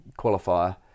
qualifier